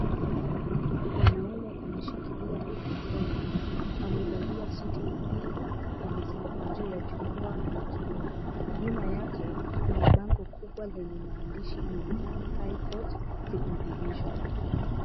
Mwanaume ameshikilia mikrofoni amevalia suti nadhifu, amesimama juu ya jukwaa la kioo. Nyuma yake kuna bango kubwa lenye maandishi Milimani High Court Civil Division.